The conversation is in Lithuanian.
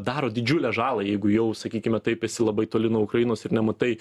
daro didžiulę žalą jeigu jau sakykime taip esi labai toli nuo ukrainos ir nematai